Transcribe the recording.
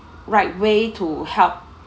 right way to help